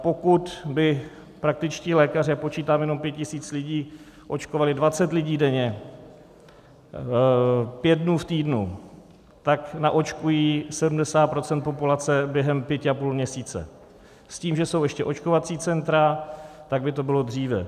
Pokud by praktičtí lékaři, a počítám jenom 5 000 lidí, očkovali 20 lidí denně pět dnů v týdnu, tak naočkují 70 % populace během pěti a půl měsíce s tím, že jsou ještě očkovací centra, tak by to bylo dříve.